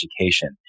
education